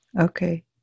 Okay